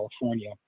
California